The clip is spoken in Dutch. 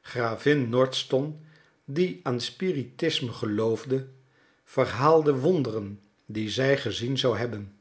gravin nordston die aan spiritisme geloofde verhaalde wonderen die zij gezien zou hebben